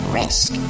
risk